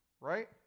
right